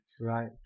Right